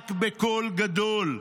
ויזעק בקול גדול: